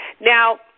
Now